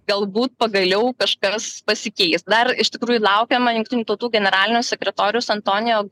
galbūt pagaliau kažkas pasikeis dar iš tikrųjų laukiama jungtinių tautų generalinio sekretoriaus antonio